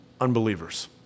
unbelievers